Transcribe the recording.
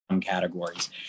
categories